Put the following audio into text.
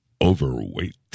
overweight